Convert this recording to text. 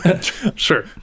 Sure